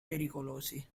pericolosi